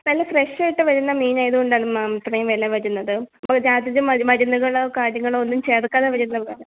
നല്ല ഫ്രഷായിട്ട് വരുന്ന മീനായതുകൊണ്ടാണ് മാം ഇത്രയും വില വരുന്നത് ഓ യാതൊരു മരുന്ന് മരുന്നുകളോ കാര്യങ്ങളോ ഒന്നും ചേർക്കാതെ വരുന്ന മീനാണ്